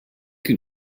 can